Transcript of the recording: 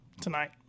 tonight